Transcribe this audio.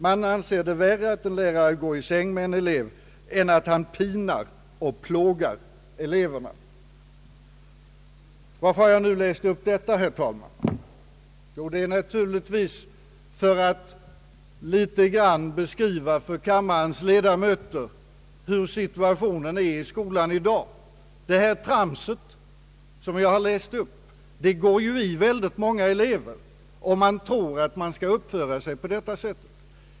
Man anser det vara värre att en lärare går i säng med en elev än att han pinar och plågar eleverna.» Varför har jag nu läst upp detta, herr talman? Det är naturligtvis för att litet grand beskriva för kammarens ledamöter hur situationen är i skolan i dag. Det trams som jag läst upp går i många elever och de tror att de skall uppföra sig på det sättet.